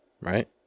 right